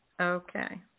Okay